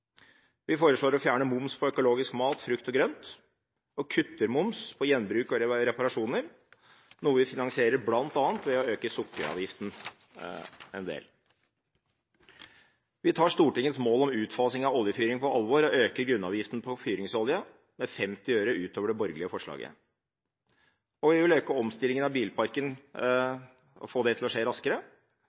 Vi foreslår å fjerne moms på økologisk mat, frukt og grønt og kutter moms på gjenbruk og reparasjoner, noe vi finansierer ved bl.a. å øke sukkeravgiften en del. Vi tar Stortingets mål om utfasing av oljefyring på alvor og øker grunnavgiften på fyringsolje med 50 øre utover det borgerlige forslaget. Og vi vil øke omstillingen av bilparken og få det til å skje raskere.